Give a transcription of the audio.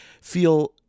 feel